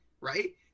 Right